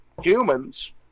Humans